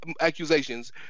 Accusations